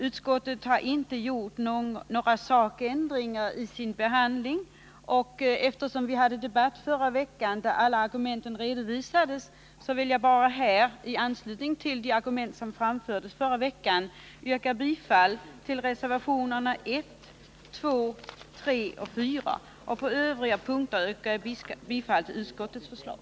Utskottet har inte gjort några sakändringar i sin behandling, och eftersom vi hade debatt förra veckan, då alla argumenten redovisades, vill jag bara här i anslutning till vad som anfördes förra veckan yrka bifall till reservationerna 1, 2,3, 4 och på övriga punkter bifall till utskottets förslag.